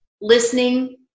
listening